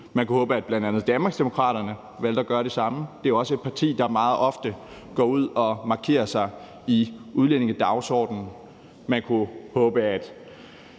Man kunne håbe, at bl.a. Danmarksdemokraterne valgte at gøre det samme. Det er jo også et parti, der meget ofte går ud og markerer sig i udlændingedagsordenen. Man kunne håbe, at